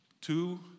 Two